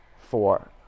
four